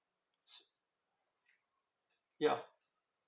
ya